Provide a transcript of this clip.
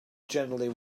generally